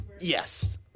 Yes